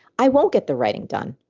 i won't get the writing done.